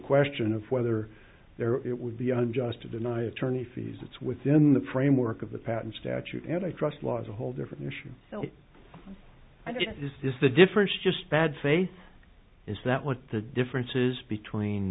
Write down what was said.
question of whether there it would be unjust to deny attorney fees it's within the framework of the patent statute antitrust laws a whole different issue i guess is the difference just bad faith is that what the differences between